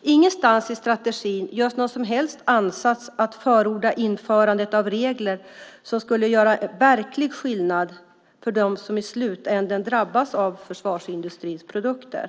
Ingenstans i strategin görs någon som helst ansats att förorda införandet av regler som skulle göra verklig skillnad för dem som i slutändan drabbas av försvarsindustrins produkter.